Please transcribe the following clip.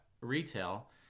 retail